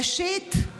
ראשית,